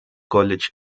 college